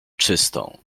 czystą